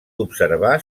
observar